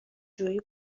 جویی